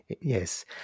Yes